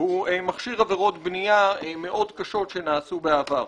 הוא מכשיר עבירות בנייה קשות שנעשו בעבר.